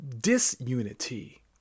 disunity